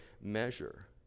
measure